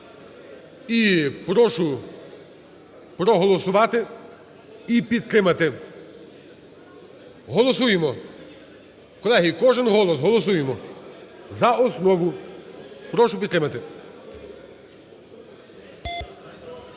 І прошу проголосувати, і підтримати. Голосуємо. Колеги, кожен голос! Голосуємо. За основу, прошу підтримати.